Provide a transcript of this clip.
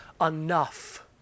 enough